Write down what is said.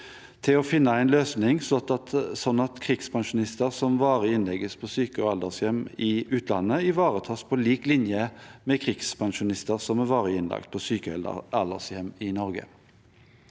til å finne en løsning, slik at krigspensjonister som varig innlegges på syke- eller aldershjem i utlandet, ivaretas på lik linje med krigspensjonister som er varig innlagt på syke- eller aldershjem i Norge.